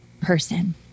person